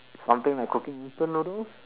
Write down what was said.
something like cooking instant noodles